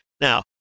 Now